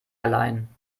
allein